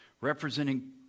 representing